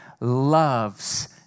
loves